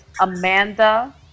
Amanda